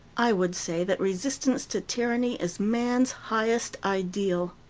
i would say that resistance to tyranny is man's highest ideal.